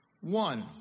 One